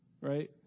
Right